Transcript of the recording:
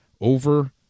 over